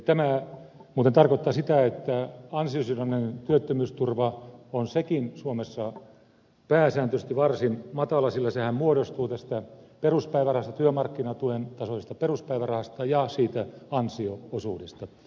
tämä muuten tarkoittaa sitä että ansiosidonnainen työttömyysturva on sekin suomessa pääsääntöisesti varsin matala sillä sehän muodostuu työmarkkinatuen tasoisesta peruspäivärahasta ja siitä ansio osuudesta